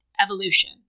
Evolution